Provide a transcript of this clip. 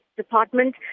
department